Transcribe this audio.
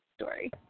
story